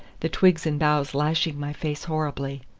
the twigs and boughs lashing my face horribly.